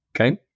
Okay